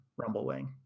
Rumblewing